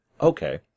Okay